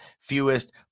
fewest